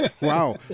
Wow